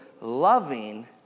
loving